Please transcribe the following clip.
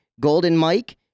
goldenmike